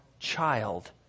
child